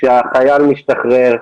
כשהחייל משתחרר,